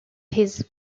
his